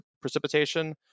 precipitation